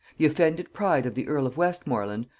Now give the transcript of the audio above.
the offended pride of the earl of westmorland,